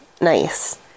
nice